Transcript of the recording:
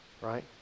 Right